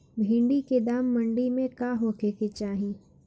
भिन्डी के दाम मंडी मे का होखे के चाही?